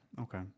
Okay